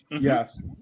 Yes